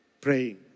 praying